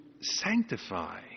sanctify